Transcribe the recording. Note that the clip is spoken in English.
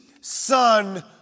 son